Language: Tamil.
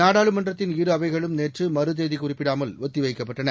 நாடாளுமன்றத்தின் இரு அவைகளும் நேற்று மறுதேதி குறிப்பிடாமல் ஒத்தி வைக்கப்பட்டன